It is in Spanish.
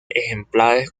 ejemplares